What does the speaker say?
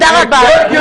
תודה רבה.